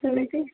ସେମିତି